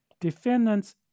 defendants